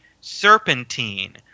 serpentine